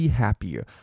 happier